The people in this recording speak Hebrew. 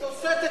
היא נושאת את,